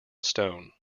stone